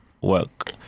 work